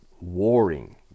warring